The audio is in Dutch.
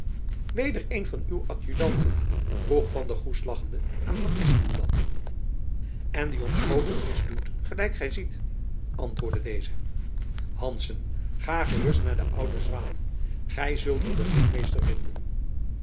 weder een van uw adjudanten vroeg van der goes lachende aan van espenblad en die ons groote dienst doet gelijk gy ziet antwoordde deze hanszen ga gerust naar de oude zwaen gy zult er den ritmeester vinden